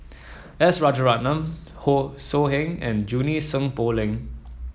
S Rajaratnam So Heng and Junie Sng Poh Leng